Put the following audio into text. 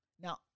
Now